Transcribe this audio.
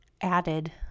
added